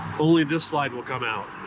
only this slide will come out.